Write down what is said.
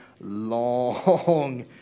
long